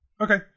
Okay